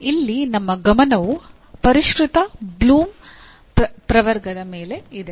ಇಲ್ಲಿ ನಮ್ಮ ಗಮನವು ಪರಿಷ್ಕೃತ ಬ್ಲೂಮ್ಸ್ ಪ್ರವರ್ಗದ ಮೇಲೆ ಇದೆ